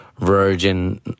Virgin